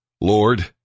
LORD